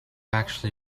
actually